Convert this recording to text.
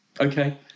Okay